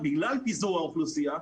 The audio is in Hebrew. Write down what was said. בגלל פיזור האוכלוסייה,